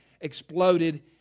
exploded